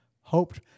hoped